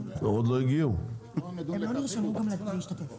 הם לא נרשמו גם להשתתף.